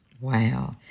Wow